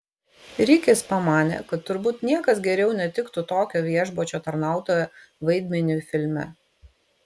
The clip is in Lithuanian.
rikis pamanė kad turbūt niekas geriau netiktų tokio viešbučio tarnautojo vaidmeniui filme